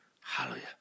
Hallelujah